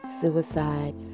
Suicide